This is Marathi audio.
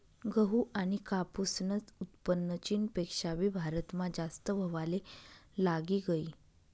गहू आनी कापूसनं उत्पन्न चीनपेक्षा भी भारतमा जास्त व्हवाले लागी गयी